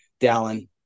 Dallin